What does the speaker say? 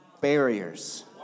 barriers